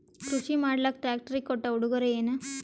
ಕೃಷಿ ಮಾಡಲಾಕ ಟ್ರಾಕ್ಟರಿ ಕೊಟ್ಟ ಉಡುಗೊರೆಯೇನ?